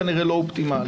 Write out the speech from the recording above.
כנראה לא אופטימליים.